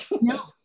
No